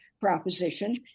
proposition